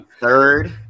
Third